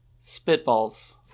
Spitballs